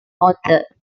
author